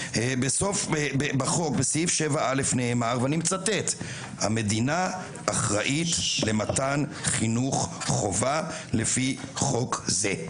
ואני מצטט: "המדינה אחראית למתן חינוך חובה לפי חוק זה".